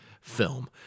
film